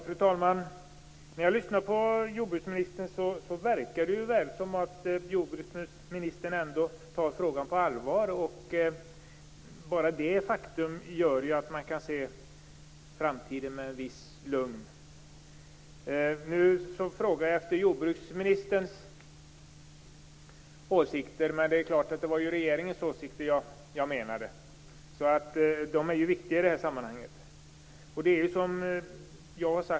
Fru talman! Det verkar som att jordbruksministern tar frågan på allvar. Bara detta faktum gör att man kan se framtiden an med ett visst lugn. Jag frågade efter jordbruksministerns åsikt, men det är klart att det var regeringens åsikt jag menade. Den är viktig i sammanhanget.